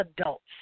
adults